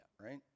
right